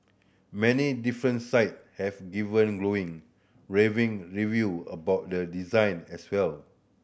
many different site have given glowing raving review about the design as well